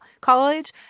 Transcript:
college